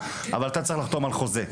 אבל אתה צריך לחתום על חוזה,